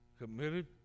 committed